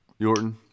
Yorton